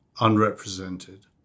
unrepresented